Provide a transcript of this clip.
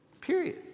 Period